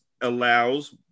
allows